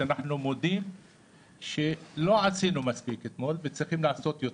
כשאנחנו מודים שלא עשינו מספיק אתמול וצריך לעשות יותר.